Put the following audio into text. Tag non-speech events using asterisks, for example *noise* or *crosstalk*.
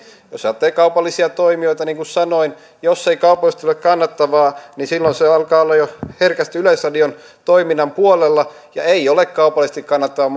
jos ajattelee kaupallisia toimijoita niin jos niin kuin sanoin ei kaupallisesti ole kannattavaa niin silloin se alkaa olla jo herkästi yleisradion toiminnan puolella ja ei ole kaupallisesti kannattavaa *unintelligible*